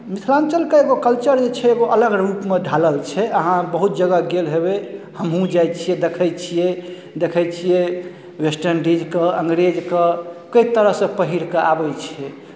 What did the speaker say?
मिथिलाञ्चलके एगो कल्चर जे छै एगो अलग रूपमे ढालल छै अहाँ बहुत जगह गेल हेबै हमहूँ जाइ छियै देखै छियै देखै छियै वेस्टइण्डीजकेँ अंग्रेजके कै तरहसँ पहिर कऽ आबै छै